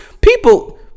People